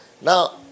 Now